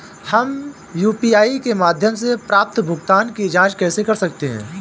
हम यू.पी.आई के माध्यम से प्राप्त भुगतान की जॉंच कैसे कर सकते हैं?